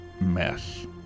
mess